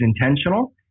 intentional